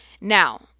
Now